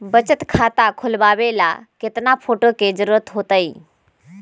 बचत खाता खोलबाबे ला केतना फोटो के जरूरत होतई?